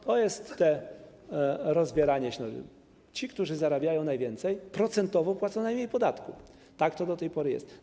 To jest to rozwieranie się - ci, którzy zarabiają najwięcej, procentowo płacą najmniej podatku, tak to do tej pory jest.